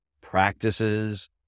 practices